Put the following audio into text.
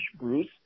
Bruce